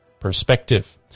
perspective